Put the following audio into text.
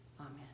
Amen